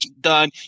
done